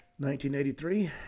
1983